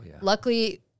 Luckily